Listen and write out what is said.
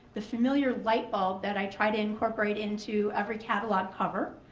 the familiar light bulb that i try to incorporate into every catalog cover.